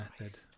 method